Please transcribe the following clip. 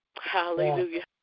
Hallelujah